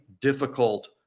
difficult